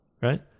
Right